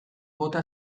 bota